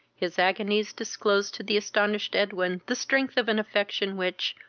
his agonies disclosed to the astonished edwin the strength of an affection which,